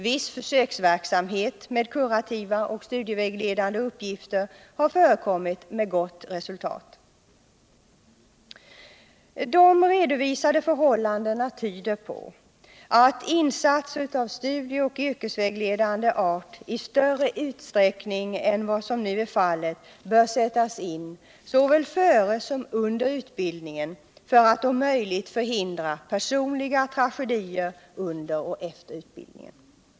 Viss försöksverksamhet med kurativa och studievägledande uppgifter har förekommit med gott resultat. De redovisade förhållandena tyder på att insatser av studie och yrkesvägledande art i större utsträckning än vad som nu är fallet bör sättas in så väl före som under utbildningen för att om möjligt förhindra personliga tragedier under och efter utbildningen.